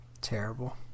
terrible